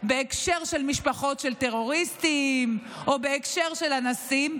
בהקשר של משפחות של טרוריסטים או בהקשר של אנסים,